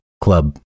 club